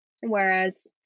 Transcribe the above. whereas